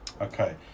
Okay